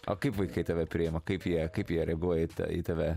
o kaip vaikai tave priima kaip jie kaip jie reaguoja į ta į tave